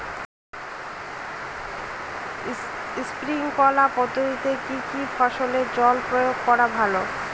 Sprinkler পদ্ধতিতে কি কী ফসলে জল প্রয়োগ করা ভালো?